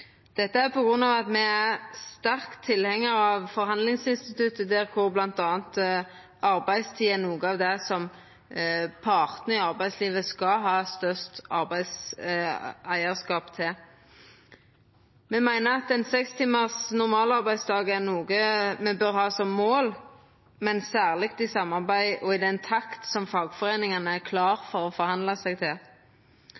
Dette er på grunn av at me er sterke tilhengarar av forhandlingsinstituttet, der bl.a. arbeidstida er noko av det som partane i arbeidslivet skal ha størst eigarskap til. Me meiner at ein sekstimars normalarbeidsdag er noko me bør ha som mål, men særleg i samarbeid med fagforeiningane og i den takt som dei er